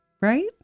Right